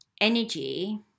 energy